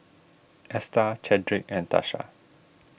Esta Chadrick and Tasha